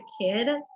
kid